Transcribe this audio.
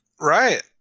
Right